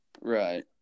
Right